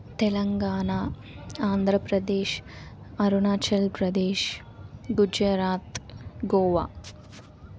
Telangana Andhra Pradesh Arunachal Pradesh Gujarat Goa